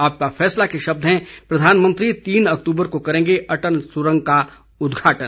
आपका फैसला के शब्द हैं प्रधानमंत्री तीन अक्तूबर को करेंगे अटल सुरंग का उद्घाटन